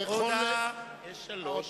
יש שלוש.